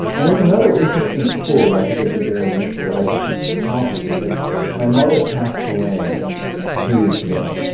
and there's another interesting tool that i think would be very useful that i just encountered because my mother passed away a few weeks ago,